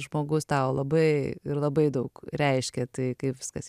žmogus tau labai ir labai daug reiškia tai kaip viskas